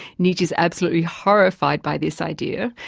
nietzsche's absolutely horrified by this idea,